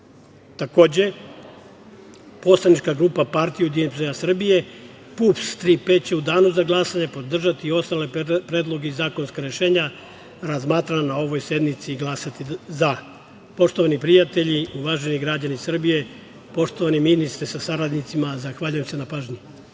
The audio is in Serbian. poslanička grupa PUPS „Tri P“ će u Danu za glasati podržati i ostale predloge i zakonska rešenja, razmatrana na ovoj sednici i glasati „za“.Poštovani prijatelji, uvaženi građani Srbije, poštovani ministre sa saradnicima, zahvaljujem se na pažnji.